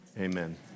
amen